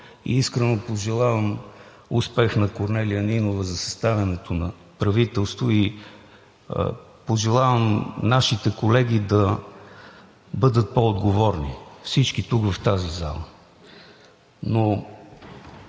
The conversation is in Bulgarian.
Искрено пожелавам успех на Корнелия Нинова за съставянето на правителство и пожелавам нашите колеги да бъдат по-отговорни тук в тази зала.